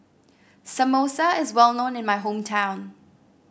samosa is well known in my hometown